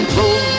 road